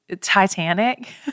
Titanic